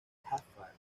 jaffa